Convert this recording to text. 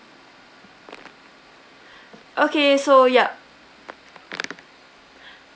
okay so yup